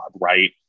right